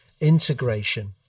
integration